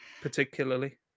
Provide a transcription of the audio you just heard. particularly